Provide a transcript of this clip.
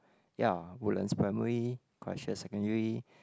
ya Woodlands primary secondary